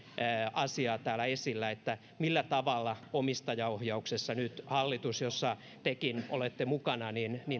asiaa täällä esillä millä tavalla omistajaohjauksessa nyt hallitus jossa tekin olette mukana